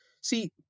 See